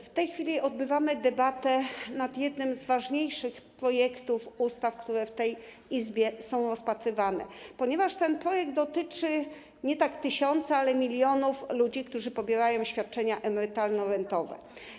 W tej chwili odbywamy debatę nad jednym z ważniejszych projektów ustaw, które w tej Izbie są rozpatrywane, ponieważ ten projekt dotyczy nie tysiąca, a milionów ludzi, którzy pobierają świadczenia emerytalno-rentowe.